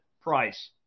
price